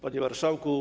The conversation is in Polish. Panie Marszałku!